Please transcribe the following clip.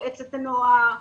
מועצת הנוער,